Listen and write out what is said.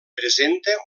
presenta